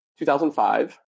2005